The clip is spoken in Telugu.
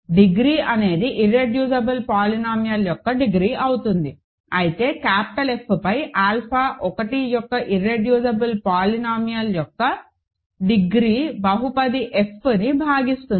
డిగ్రీ అనేది ఇర్రెడ్యూసిబుల్ పోలినామియల్ యొక్క డిగ్రీ అవుతుంది అయితే F పై ఆల్ఫా 1 యొక్క ఇర్రెడ్యూసిబుల్ పోలినామియల్యొక్క డిగ్రీ బహుపది fని భాగిస్తుంది